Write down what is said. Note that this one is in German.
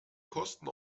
kosten